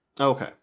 Okay